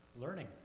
learning